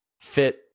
Fit